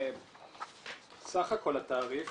סך הכל התעריף